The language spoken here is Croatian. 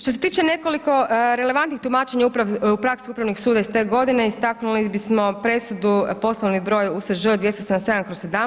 Što se tiče nekoliko relevantnih tumačenja u praksi upravnih sudova iz te godine istaknuli bismo presudu poslovni broj USŽ 277/